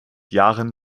jahren